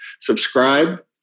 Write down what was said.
subscribe